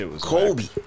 kobe